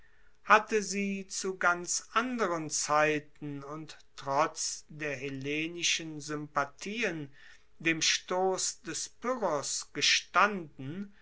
hatte sie zu ganz anderen zeiten und trotz der hellenischen sympathien dem stoss des pyrrhos gestanden